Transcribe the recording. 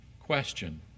question